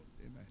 Amen